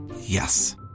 Yes